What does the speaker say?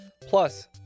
plus